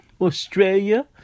Australia